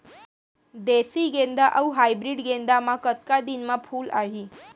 देसी गेंदा अऊ हाइब्रिड गेंदा म कतका दिन म फूल आही?